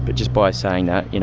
but just by saying that, you know